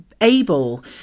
able